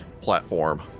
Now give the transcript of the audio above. platform